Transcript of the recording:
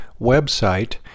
website